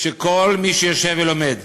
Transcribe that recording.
שכל מי שיושב ולומד,